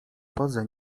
poza